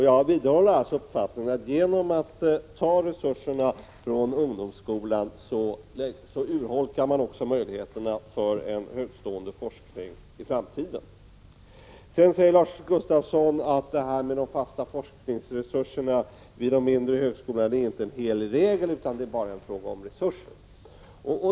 Jag vidhåller uppfattningen att man genom att ta resurser från ungdomsskolan urholkar möjligheterna för en högtstående forskning i framtiden. Prot. 1986/87:131 Lars Gustafsson sade också att det när det gäller de fasta forskningsresur 26 maj 1987 serna vid de mindre högskolorna inte handlade om någon helig regel utan bara var en fråga om resurser.